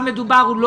ומדובר על